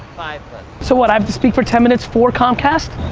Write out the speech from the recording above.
so what i have to speak for ten minutes for comcast?